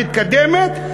מתקדמת,